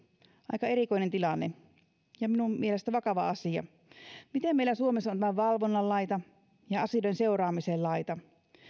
aika erikoinen tilanne ja minun mielestäni vakava asia miten meillä suomessa on tämän valvonnan laita ja asioiden seuraamisen laita